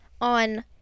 on